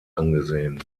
angesehen